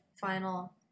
final